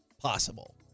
possible